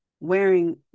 wearing